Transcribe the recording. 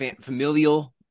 familial